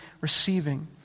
receiving